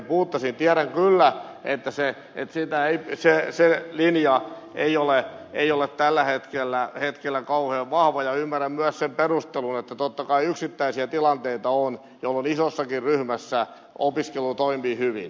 tiedän kyllä että se linja ei ole tällä hetkellä kauhean vahva ja ymmärrän myös sen perustelun että totta kai yksittäisiä tilanteita on jolloin isossakin ryhmässä opiskelu toimii hyvin